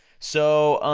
so,